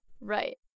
Right